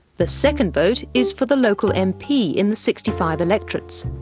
the second vote is for the local mp in the sixty five electorates.